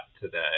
today